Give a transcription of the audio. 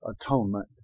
atonement